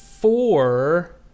four